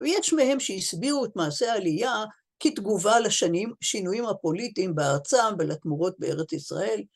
ויש מהם שהסבירו את מעשה העלייה כתגובה לשנים, שינויים הפוליטיים בארצם ולתמורות בארץ ישראל.